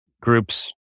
groups